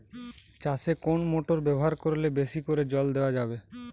চাষে কোন মোটর ব্যবহার করলে বেশী করে জল দেওয়া যাবে?